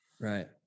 Right